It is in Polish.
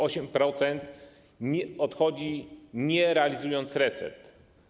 8% odchodzi, nie realizując recept.